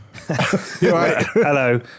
Hello